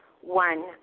One